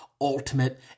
ultimate